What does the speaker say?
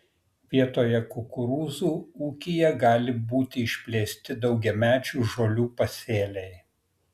vietoje kukurūzų ūkyje gali būti išplėsti daugiamečių žolių pasėliai